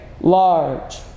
large